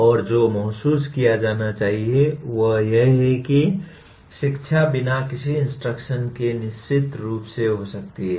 और जो महसूस किया जाना चाहिए वह यह है कि शिक्षा बिना किसी इंस्ट्रक्शन के निश्चित रूप से हो सकती है